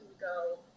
go